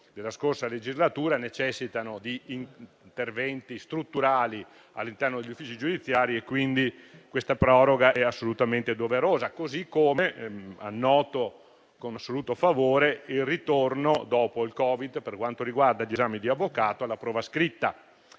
della scorsa legislatura necessitano di interventi strutturali all'interno degli uffici giudiziari e quindi questa proroga è assolutamente doverosa. Così come annoto con assoluto favore il ritorno, dopo il Covid, della prova scritta agli esami da avvocato. Viene lasciato